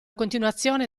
continuazione